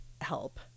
help